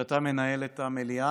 כשאתה מנהל את המליאה.